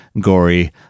gory